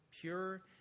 Pure